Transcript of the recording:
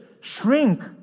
shrink